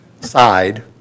side